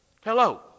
Hello